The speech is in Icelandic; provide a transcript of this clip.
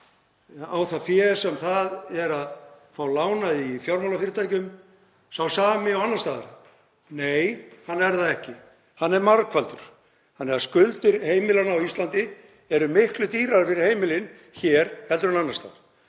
af því fé sem þau eru að fá lánað í fjármálafyrirtækjum sá sami og annars staðar? Nei, hann er það ekki. Hann er margfaldur. Skuldir heimilanna á Íslandi eru miklu dýrari fyrir heimilin hér heldur en annars staðar.